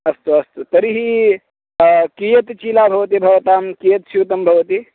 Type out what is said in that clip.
अस्तु अस्तु तर्हि कियत् चीला भवति भवतां कति स्यूताः भवन्ति